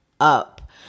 up